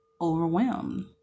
overwhelmed